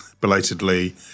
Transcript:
Belatedly